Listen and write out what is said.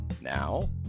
Now